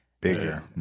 Bigger